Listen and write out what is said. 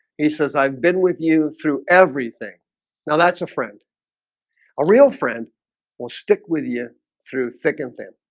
he says i've been with you through everything now. that's a friend a real friend won't stick with you through thick and thin